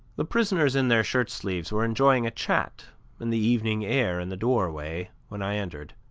the prisoners in their shirtsleeves were enjoying a chat and the evening air in the doorway, when i entered.